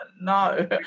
No